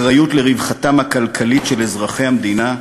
אחריות לרווחתם הכלכלית של אזרחי המדינה,